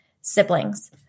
siblings